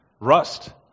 Rust